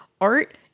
Art